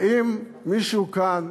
האם מישהו כאן,